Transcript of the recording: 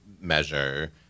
measure